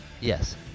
Yes